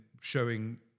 showing